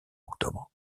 octobre